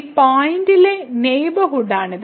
ഈ പോയിന്റിലെ നെയ്ബർഹുഡാണിത്